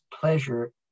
pleasure